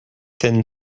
thin